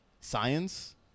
science